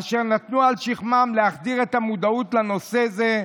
אשר נטלו על שכמם להחדיר את המודעות לנושא זה,